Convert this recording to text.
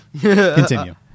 Continue